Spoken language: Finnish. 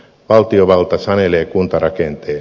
valtiovalta sanelee kuntarakenteen